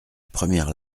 première